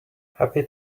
happy